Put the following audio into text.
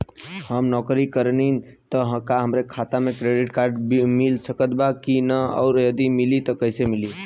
हम नौकरी करेनी त का हमरा क्रेडिट कार्ड मिल सकत बा की न और यदि मिली त कैसे मिली?